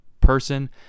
person